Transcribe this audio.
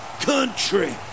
country